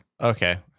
Okay